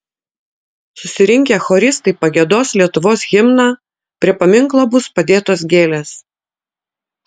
susirinkę choristai pagiedos lietuvos himną prie paminklo bus padėtos gėlės